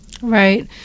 Right